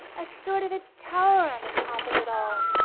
a sort of a tower on the top of it all,